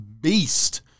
beast